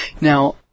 now